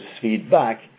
feedback